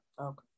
Okay